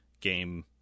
game